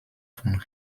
von